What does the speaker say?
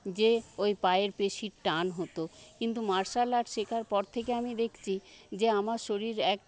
যে ওই পায়ের পেশির টান হত কিন্তু মার্শাল আর্ট শেখার পর থেকে আমি দেখছি যে আমার শরীর এক